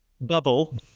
Bubble